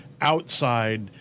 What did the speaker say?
Outside